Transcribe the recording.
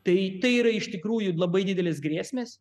tai tai yra iš tikrųjų labai didelės grėsmės